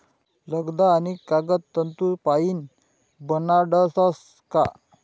लगदा आणि कागद तंतूसपाईन बनाडतस का